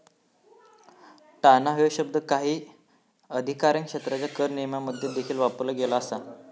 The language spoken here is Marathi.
टाळणा ह्यो शब्द काही अधिकारक्षेत्रांच्यो कर नियमांमध्ये देखील वापरलो गेलो असा